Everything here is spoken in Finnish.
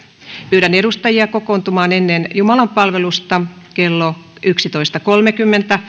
pyydän edustajia kokoontumaan ennen jumalanpalvelusta kello yksitoista kolmenkymmenen